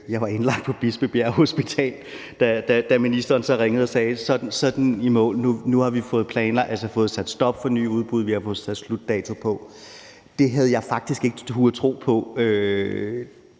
Jeg var indlagt på Bispebjerg Hospital, da ministeren ringede og sagde: Så er den i mål. Nu har vi sat stop for nye udbud. Vi har fået sat slutdato på. Det havde jeg faktisk ikke turdet tro på,